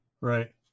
Right